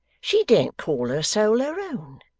she daren't call her soul her own,